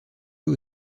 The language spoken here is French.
eux